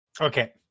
okay